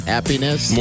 Happiness